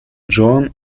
joan